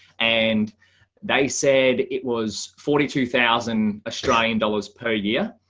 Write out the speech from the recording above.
and they said it was forty two thousand australian dollars per year.